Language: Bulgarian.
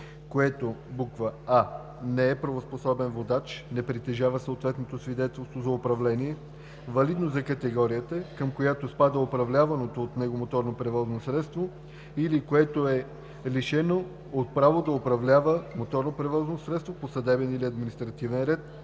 което: а) не е правоспособен водач, не притежава съответното свидетелство за управление, валидно за категорията, към която спада управляваното от него моторно превозно средство или което е лишено от право да управлява моторно превозно средство по съдебен или административен ред,